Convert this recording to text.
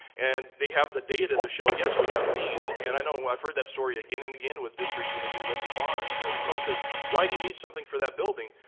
and they have the data to show, yes, we have needs. and i know i've heard that story again and again with districts when they do local bonds. someone says why do you need something for that building.